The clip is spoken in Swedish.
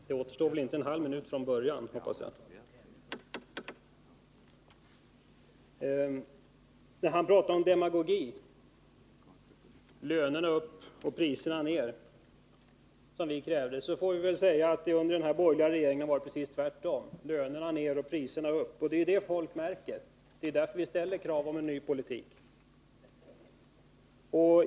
Herr talman! När Knut Wachtmeister talar om demagogi — lönerna upp och priserna ner, som vi krävde — får vi väl säga att det under den här borgerliga regeringen har varit precis tvärtom: lönerna ner och priserna upp. Det är ju det folk märker, och det är därför vi ställer krav på en ny politik.